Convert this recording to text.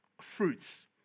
fruits